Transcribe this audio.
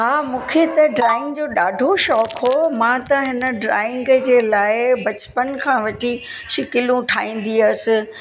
हा मूंखे त ड्रॉइंग जो ॾाढो शौक़ु हुओ मां त हिन ड्रॉइंग जे लाइ बचपन खां वठी शिकलू ठाहींदी हुअसि